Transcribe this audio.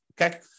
Okay